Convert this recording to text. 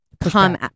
come